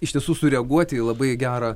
iš tiesų sureaguoti į labai gerą